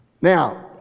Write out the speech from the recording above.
now